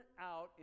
out